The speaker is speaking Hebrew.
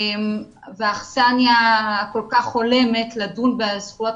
זו אכסניה כל כך הולמת לדון בה בזכויות